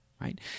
right